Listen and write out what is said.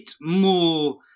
more